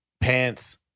pants